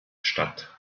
statt